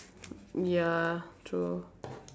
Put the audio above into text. ya true